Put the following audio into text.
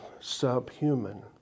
subhuman